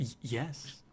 Yes